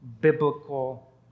biblical